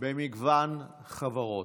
במגוון חברות.